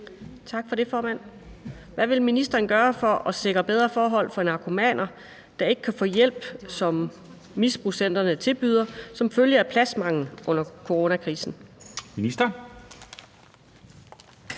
Tak for det, formand. Hvad vil ministeren gøre for at sikre bedre forhold for narkomaner, der ikke kan få den hjælp, som misbrugscentrene tilbyder, som følge af pladsmangel under coronakrisen? Kl.